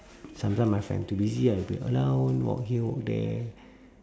sometime my friend too busy I'll be around walk here walk there